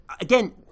again